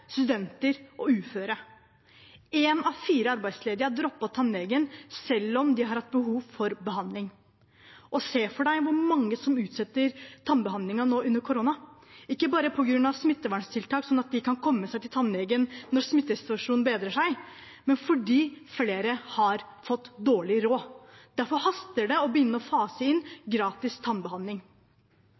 studenter og uføre. En av fire arbeidsledige har droppet tannlegen selv om de har hatt behov for behandling. Og se for deg hvor mange som utsetter tannbehandlingen nå under korona, ikke bare på grunn av smitteverntiltak, sånn at de kan komme seg til tannlegen når smittesituasjonen bedrer seg, men fordi flere har fått dårlig råd. Derfor haster det å begynne å fase inn gratis tannbehandling.